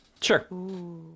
Sure